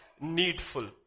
needful